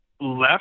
left